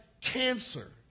cancer